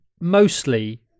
mostly